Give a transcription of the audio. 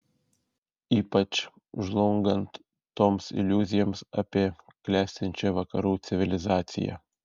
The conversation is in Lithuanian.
ypač žlungant toms iliuzijoms apie klestinčią vakarų civilizaciją